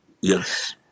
Yes